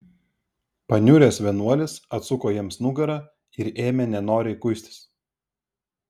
paniuręs vienuolis atsuko jiems nugarą ir ėmė nenoriai kuistis